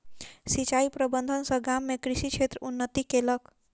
सिचाई प्रबंधन सॅ गाम में कृषि क्षेत्र उन्नति केलक